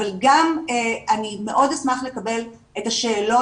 אבל גם אני מאוד אשמח לקבל את השאלון